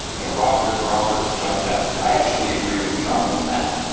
you know, robert roberts jumped out. i actually agree with trump on that.